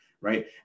right